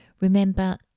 Remember